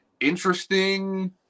interesting